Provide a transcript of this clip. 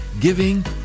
giving